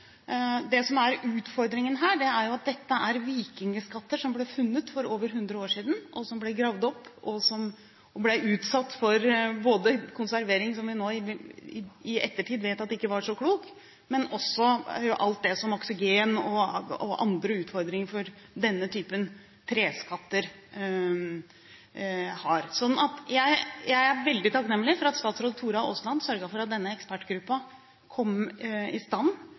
Det som er utfordringen her, er jo at dette er vikingskatter som ble funnet for over 100 år siden, og som ble gravd opp og utsatt både for konservering som vi nå i ettertid vet ikke var så klok, og for oksygen og andre utfordringer denne typen treskatter har. Jeg er veldig takknemlig for at statsråd Tora Aasland sørget for at denne ekspertgruppen kom i stand,